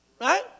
Right